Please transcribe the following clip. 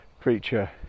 creature